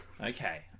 Okay